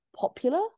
popular